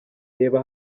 reba